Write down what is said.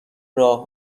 راه